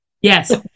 Yes